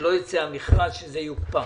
שלא ייצא מכרז אלא שזה יוקפא